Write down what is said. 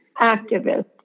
activist